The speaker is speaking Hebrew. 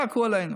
צעקו עלינו.